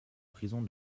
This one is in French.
prison